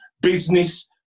business